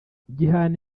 gihana